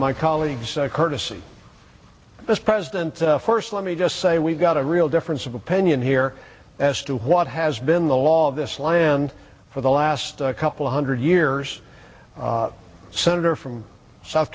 my colleagues courtesy of this president first let me just say we've got a real difference of opinion here as to what has been the law of this land for the last couple hundred years senator from south